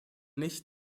nicht